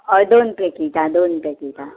हय दोन पॅकिटां दोन पॅकिटां